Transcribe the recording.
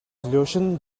löschen